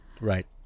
right